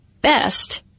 best